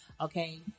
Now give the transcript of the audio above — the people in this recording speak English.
okay